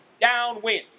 downwind